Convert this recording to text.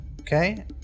Okay